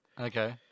Okay